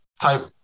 type